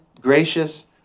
gracious